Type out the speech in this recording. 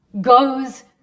goes